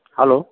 hello